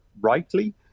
rightly